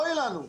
אוי לנו.